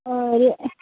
ഒരു